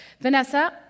Vanessa